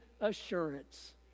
assurance